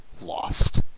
lost